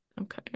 Okay